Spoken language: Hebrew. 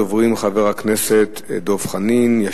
ראשון הדוברים, חבר הכנסת דב חנין.